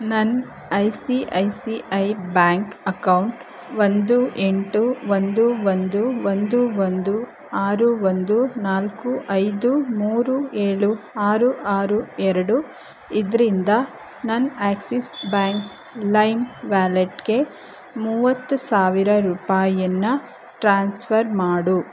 ನನ್ನ I C I C I bank account ಒಂದು ಎಂಟು ಒಂದು ಒಂದು ಒಂದು ಒಂದು ಆರು ಒಂದು ನಾಲ್ಕು ಐದು ಮೂರು ಏಳು ಆರು ಆರು ಎರಡು ಇದರಿಂದ ನನ್ನ ಆಕ್ಸಿಸ್ ಬ್ಯಾಂಕ್ ಲೈನ್ ವಾಲೆಟ್ಗೆ ಮೂವತ್ತು ಸಾವಿರ ರೂಪಾಯನ್ನ ಟ್ರಾನ್ಸ್ಫರ್ ಮಾಡು